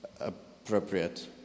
appropriate